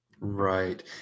Right